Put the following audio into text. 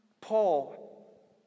Paul